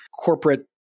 corporate